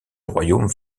royaume